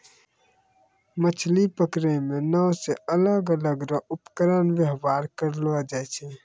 मछली पकड़ै मे नांव से अलग अलग रो उपकरण वेवहार करलो जाय छै